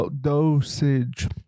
dosage